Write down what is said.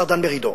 השר דן מרידור.